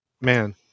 man